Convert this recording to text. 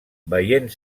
veient